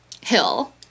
hill